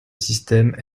système